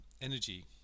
energy